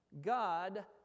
God